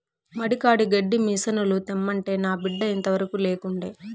మడి కాడి గడ్డి మిసనుల తెమ్మంటే నా బిడ్డ ఇంతవరకూ లేకుండే